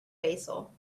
basil